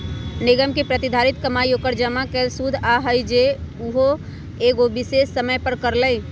निगम के प्रतिधारित कमाई ओकर जमा कैल शुद्ध आय हई जे उ एगो विशेष समय पर करअ लई